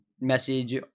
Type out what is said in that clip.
message